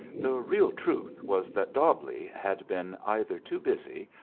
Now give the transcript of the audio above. the real truth was that dobbleigh had been either too busy,